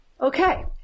Okay